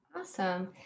awesome